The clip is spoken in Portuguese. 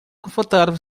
confortável